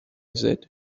said